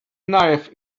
knife